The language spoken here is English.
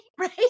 right